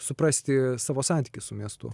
suprasti savo santykį su miestu